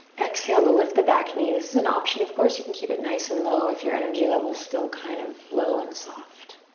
exhale to lift the back knee. this is an option, of course. you can keep it nice and low if your energy level's still kind of low and soft.